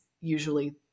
usually